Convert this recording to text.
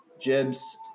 Jibs